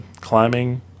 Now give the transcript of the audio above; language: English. climbing